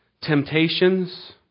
temptations